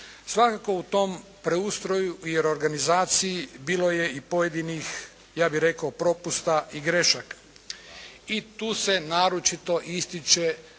Svakako, u tom preustroju i reorganizaciji bilo je i pojedinih, ja bih rekao propusta i grešaka, i tu se naročito ističe